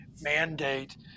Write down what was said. mandate